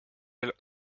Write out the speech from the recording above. elles